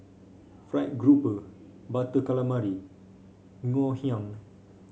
Fried Grouper Butter Calamari Ngoh Hiang